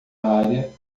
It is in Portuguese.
área